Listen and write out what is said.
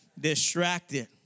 Distracted